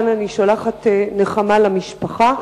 וכאן אני שולחת נחמה למשפחה.